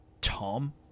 Tom